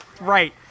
Right